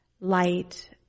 light